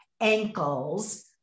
ankles